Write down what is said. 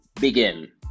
begin